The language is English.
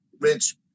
Rich